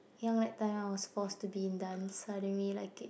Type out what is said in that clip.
young that time I was forced to be in dance so I didn't really like it